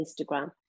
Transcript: Instagram